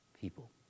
people